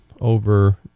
over